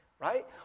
right